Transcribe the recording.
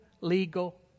legal